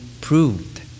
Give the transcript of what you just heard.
proved